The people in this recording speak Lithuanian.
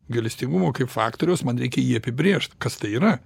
gailestingumo kaip faktoriaus man reikia jį apibrėžt kas tai yra